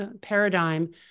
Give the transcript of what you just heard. paradigm